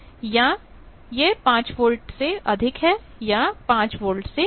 या यह 5 वोल्ट से अधिक है या 5 वोल्ट से कम है